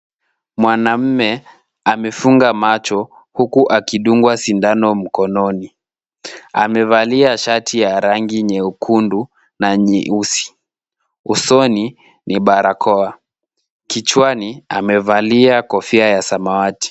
Mwanamume amefunga macho huku akidungwa sindano mkononi. Amevalia shati ya rangi nyekundu na nyeusi. Usoni ni barakoa. Kichwani amevalia kofia ya samawati.